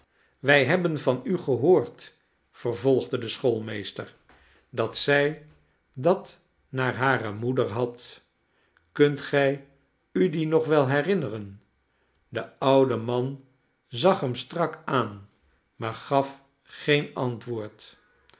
wij hebben van u gehoord vervolgde de schoolmeester dat zij dat naar hare moeder had kunt gij u die nog wel herinneren de oude man zag hem strak aan maar gaf geen antwoord